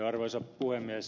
arvoisa puhemies